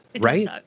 Right